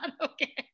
okay